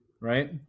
Right